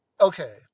okay